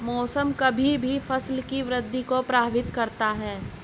मौसम कभी कभी फसल की वृद्धि को प्रभावित करता है